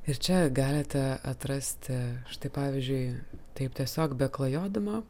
ir čia galite atrasti štai pavyzdžiui taip tiesiog beklajodama